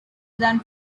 than